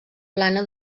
plana